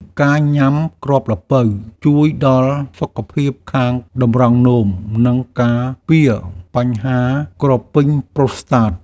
ការញ៉ាំគ្រាប់ល្ពៅជួយដល់សុខភាពខាងតម្រង់នោម និងការពារបញ្ហាក្រពេញប្រូស្តាត។